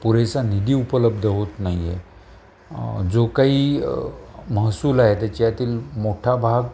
पुरेसा निधी उपलब्ध होत नाहीये जो काही महसूल आहे त्याच्यातील मोठा भाग